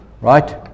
right